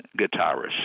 guitarist